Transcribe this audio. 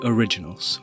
Originals